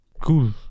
cool